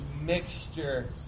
mixture